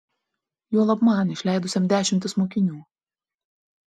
juolab man išleidusiam dešimtis mokinių